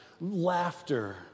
laughter